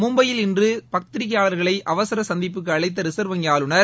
மும்மையில் இன்று பத்திரிக்கையாளர்கள் அவசர சந்திப்புக்கு அழழத்த ரிசர்வ் வங்கி ஆளுநர்